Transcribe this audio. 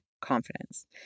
confidence